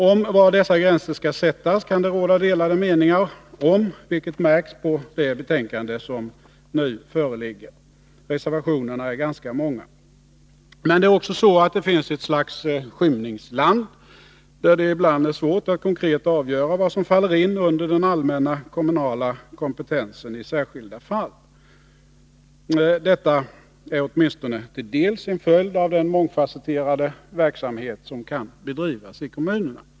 Om var dessa gränser skall sättas kan det råda delade meningar, vilket märks på det betänkande som nu föreligger. Reservationerna är ganska många. Men det är också så att det finns ett slags skymningsland, där det ibland är svårt att konkret avgöra vad som faller in under den allmänna kommunala kompetensen i särskilda fall. Detta är åtminstone till dels en följd av den mångfasetterade verksamhet som kan bedrivas i kommunerna.